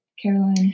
Caroline